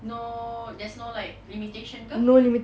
no there's no like limitation ke